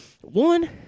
One